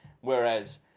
Whereas